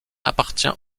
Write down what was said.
appartient